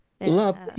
love